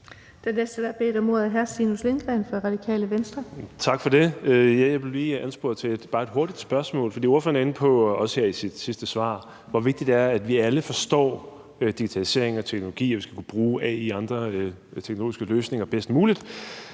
Venstre. Kl. 17:21 Stinus Lindgreen (RV): Tak for det. Jeg blev lige ansporet til at stille et hurtigt spørgsmål. Ordførerne er også her i sit sidste svar inde på, hvor vigtigt det er, at vi alle forstår digitalisering og teknologi, og at vi skal kunne bruge AI og andre teknologiske løsninger bedst muligt.